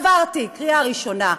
עברתי קריאה ראשונה,